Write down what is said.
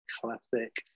classic